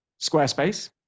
Squarespace